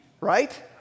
right